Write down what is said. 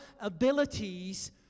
abilities